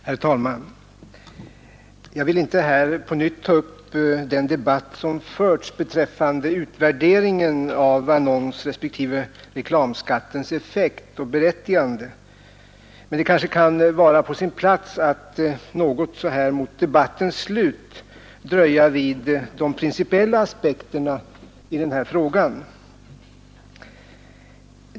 Herr talman! Jag vill inte här på nytt ta upp den debatt som förts beträffande utvärderingen av annonsrespektive reklamskattens effekt och berättigande. Men det kanske kan vara på sin plats att så här mot debattens slut något dröja vid de principiella aspekterna på frågan.